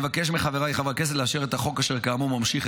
אני מבקש מחבריי חברי הכנסת לאשר את החוק אשר ממשיך,